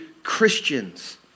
Christians